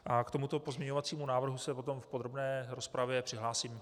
K tomuto pozměňovacímu návrhu se potom v podrobné rozpravě přihlásím.